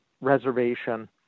reservation